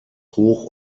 hoch